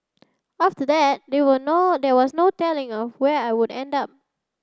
after that they were no there was no telling of where I would end up